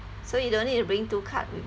so you don't need to bring two card with